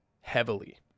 heavily